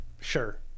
Sure